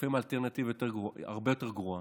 לפעמים האלטרנטיבה יותר גרועה, הרבה יותר גרועה.